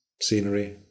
scenery